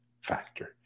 factor